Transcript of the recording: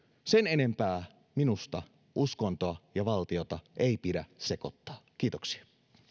sen enempää minusta uskontoa ja valtiota ei pidä sekoittaa kiitoksia